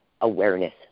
awareness